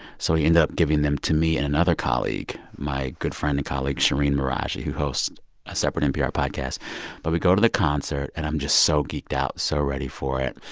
so he ended up giving them to me and another colleague my good friend and colleague shereen meraji, who hosts a separate npr podcast but we go to the concert, and i'm just so kicked out, so ready for it.